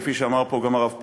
כפי שאמר פה גם הרב פרוש,